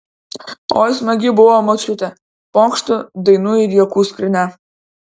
oi smagi buvo močiutė pokštų dainų ir juokų skrynia